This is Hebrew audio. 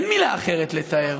אין מילה אחרת לתאר.